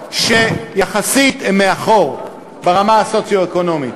יחסית הם מאחור ברמה הסוציו-אקונומית.